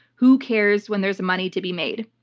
who cares when there's money to be made?